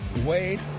Wade